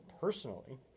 personally